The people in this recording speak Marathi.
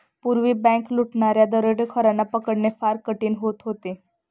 पूर्वी बँक लुटणाऱ्या दरोडेखोरांना पकडणे फार कठीण होत होते